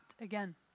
again